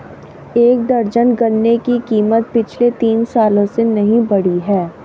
एक दर्जन गन्ने की कीमत पिछले तीन सालों से नही बढ़ी है